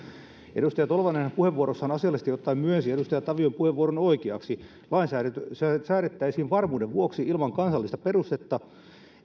edustaja tolvanenhan puheenvuorossaan asiallisesti ottaen myönsi edustaja tavion puheenvuoron oikeaksi lainsäädäntö säädettäisiin varmuuden vuoksi ilman kansallista perustetta